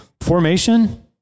Formation